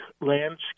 landscape